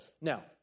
Now